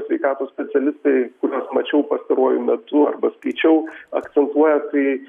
sveikatos specialistai kuriuos mačiau pastaruoju metu arba skaičiau akcentuoja tai